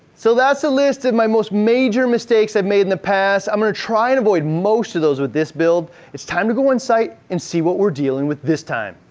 so that's the list of my most major mistakes i've made in the past. i'm gonna try to and avoid most of those with this build. it's time to go on-site and see what we're dealing with this time.